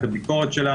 את הביקורת שלה